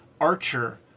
archer